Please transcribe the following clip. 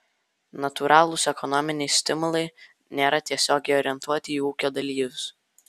natūralūs ekonominiai stimulai nėra tiesiogiai orientuoti į ūkio dalyvius